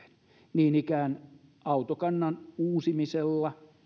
niin ikään autokannan uusimisella